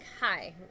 hi